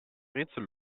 rätsel